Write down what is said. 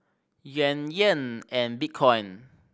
Yuan Yen and Bitcoin